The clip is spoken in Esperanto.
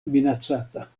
minacata